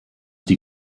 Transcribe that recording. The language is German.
die